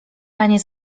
panie